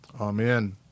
Amen